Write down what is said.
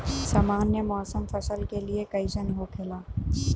सामान्य मौसम फसल के लिए कईसन होखेला?